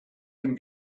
can